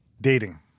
Dating